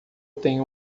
tenho